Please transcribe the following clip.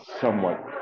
somewhat